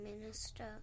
Minister